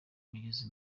migezi